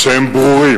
שהם ברורים.